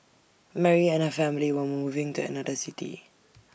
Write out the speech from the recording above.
Mary and her family were moving to another city